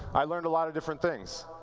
i learned a lot of different things.